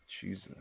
Jesus